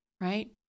right